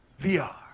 VR